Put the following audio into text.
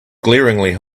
glaringly